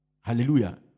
Hallelujah